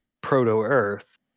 proto-Earth